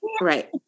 Right